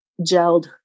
gelled